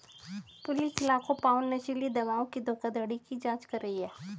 police लाखों pound नशीली दवाओं की धोखाधड़ी की जांच कर रही है